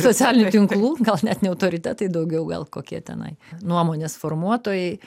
socialinių tinklų gal net ne autoritetai daugiau gal kokie tenai nuomonės formuotojai